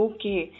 Okay